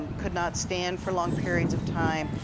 and could not stand for long periods of time,